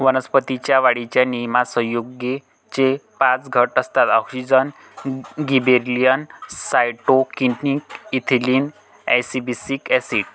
वनस्पतीं च्या वाढीच्या नियमनात संयुगेचे पाच गट असतातः auxin, gibberellin, cytokinin, ethylene, abscisic acid